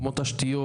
כמו תשתיות.